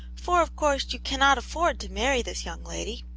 for of course you cannot afford to marry this young lady.